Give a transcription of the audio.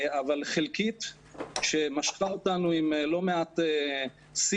אבל חלקית שמשכה אותנו עם לא מעט שיח